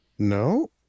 No